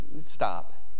Stop